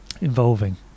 involving